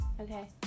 Okay